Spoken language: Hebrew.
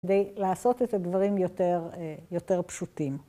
כדי לעשות את הדברים יותר פשוטים.